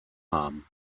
haben